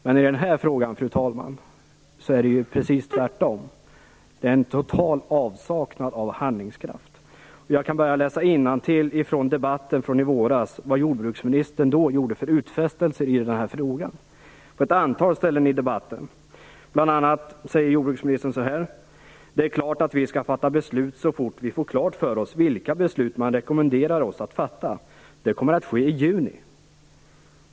Men i den här frågan, fru talman, är det precis tvärtom. Det är en total avsaknad av handlingskraft. Jag kan återge vad som sades i debatten i våras och vad jordbruksministern då gjorde för utfästelser i frågan. Jordbruksministern säger bl.a.: Det är klart att vi skall fatta beslut så fort vi får klart för oss vilka beslut man rekommenderar oss att fatta. Det kommer att ske i juni.